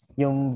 yung